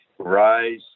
rise